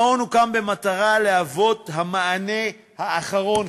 המעון הוקם במטרה להיות המענה האחרון,